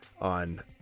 on